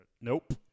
Nope